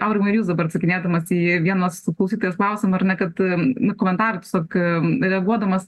aurimai jūs dabar atsakinėdamas į vienos klausytojos klausimą ar ne kad na komentarą tiesiog reaguodamas